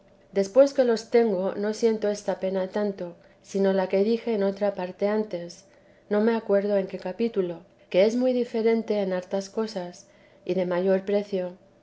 después que los tengo no siento esta pena tanto sino la que dije en otra parte antes no me acuerdo en qué capítulo que es muy diferente en hartas cosas y de mayor aprecio